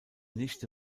nichte